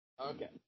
Okay